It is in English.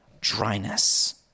dryness